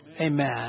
Amen